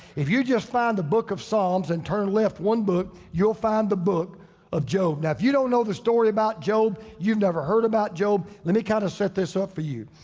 if you just find the book of psalms and turn left one book you'll find the book of job. now if you don't know the story about job, you've never heard about job, let me kind of set this up for you.